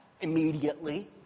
immediately